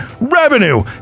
revenue